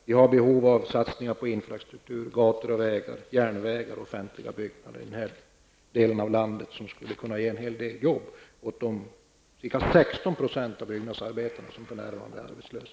Vi har behov av satsningar på infrastruktur, gator och vägar, järnvägar och offentliga byggnader i den här delen av landet, något som kan ge en hel del jobb åt de ca 16 % av byggnadsarbetarna som för närvarande är arbetslösa.